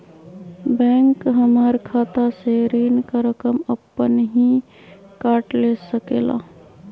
Bank हमार खाता से ऋण का रकम अपन हीं काट ले सकेला?